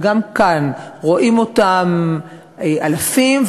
וגם כאן רואים אותם אלפים,